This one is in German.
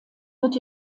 wird